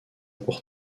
pour